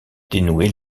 dénouer